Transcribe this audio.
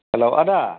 hello आदा